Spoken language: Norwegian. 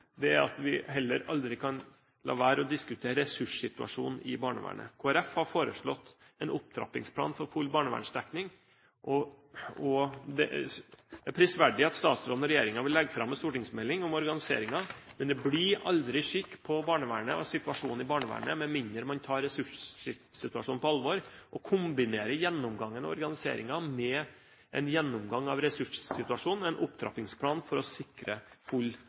er at vi heller aldri kan la være å diskutere ressurssituasjonen i barnevernet. Kristelig Folkeparti har foreslått en opptrappingsplan for full barnevernsdekning. Det er prisverdig at statsråden og regjeringen vil legge fram en stortingsmelding om organiseringen, men det blir aldri skikk på barnevernet og situasjonen i barnevernet med mindre man tar ressurssituasjonen på alvor og kombinerer gjennomgangen og organiseringen med en gjennomgang av ressurssituasjonen og kommer med en opptrappingsplan for å sikre full